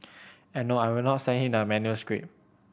and no I will not send him the manuscript